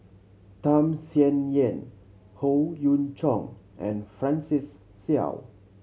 Tham Sien Yen Howe Yoon Chong and Francis Seow